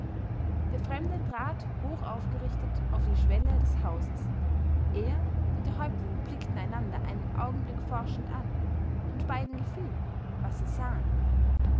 der fremde trat hoch aufgerichtet auf die schwelle des hauses er und der häuptling blickten einander einen augenblick forschend an und beiden gefiel was sie sahen